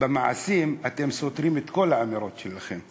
במעשים אתם סותרים את כל האמירות שלכם.